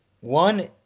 One